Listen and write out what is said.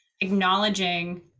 acknowledging